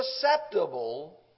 susceptible